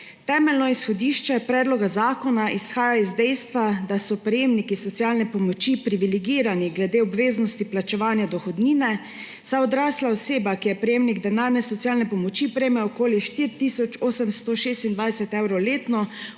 Temeljno izhodišče predloga zakona izhaja iz dejstva, da so prejemniki socialne pomoči privilegirani glede obveznosti plačevanja dohodnine, saj odrasla oseba, ki je prejemnik denarne socialne pomoči, prejme okoli 4 tisoč 826 evrov letno,